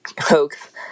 hoax